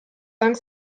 dank